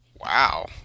Wow